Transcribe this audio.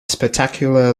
spectacular